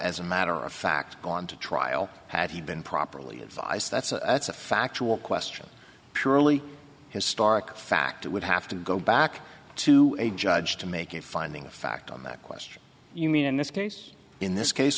as a matter of fact gone to trial had he been properly advised that's a that's a factual question purely historical fact it would have to go back to a judge to make a finding of fact on that question you mean in this case in this case